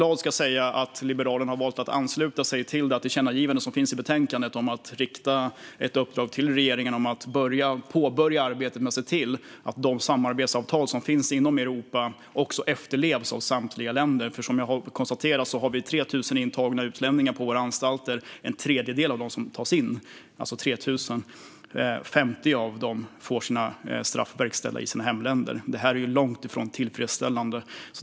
Jag är glad att Liberalerna har valt att ansluta sig till det tillkännagivande som finns i betänkandet om att rikta ett uppdrag till regeringen att påbörja arbetet med att se till att de samarbetsavtal som finns inom Europa också efterlevs av samtliga länder. Som jag har konstaterat har vi 3 000 utlänningar intagna på våra anstalter, alltså en tredjedel av dem som tas in. 50 av dem får sina straff verkställda i sina hemländer. Det är långt ifrån tillfredsställande.